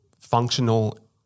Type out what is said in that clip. functional